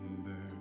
remember